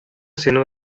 seno